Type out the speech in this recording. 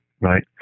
Right